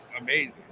amazing